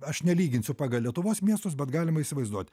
aš nelyginsiu pagal lietuvos miestus bet galima įsivaizduot